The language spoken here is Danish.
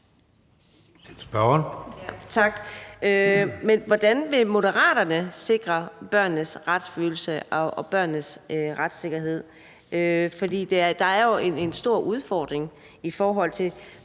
hvordan vil Moderaterne sikre børnenes retsfølelse og retssikkerhed? For der er jo en stor udfordring i forhold til